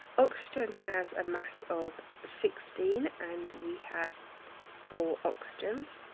oxygen has a mass of sixteen, and we have four oxygens.